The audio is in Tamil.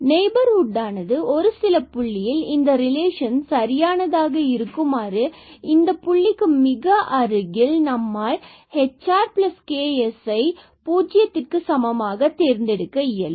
நெய்பர்ஹுட்டானது ஒரு சில புள்ளியில் இந்த ரிலேஷன் சரியானதாக இருக்குமாறு இந்தப் புள்ளிக்கு மிக அருகில் நம்மால் இதை ab hrks பூஜ்ஜியத்துக்கு சமமாக தேர்ந்தெடுக்க இயலும்